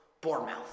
Bournemouth